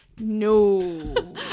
no